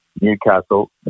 Newcastle